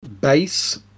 bass